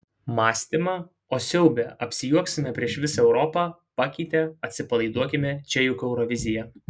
mąstymą o siaube apsijuoksime prieš visą europą pakeitė atsipalaiduokime čia juk eurovizija